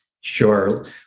Sure